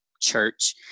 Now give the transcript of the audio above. church